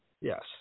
Yes